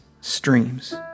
streams